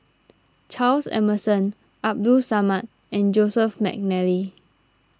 Charles Emmerson Abdul Samad and Joseph McNally